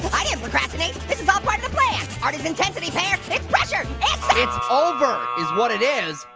i didn't procrastinate. this is all part of the plan. art is intensity, pear, it's it's pressure, it's it's over is what it is.